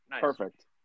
perfect